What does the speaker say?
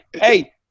hey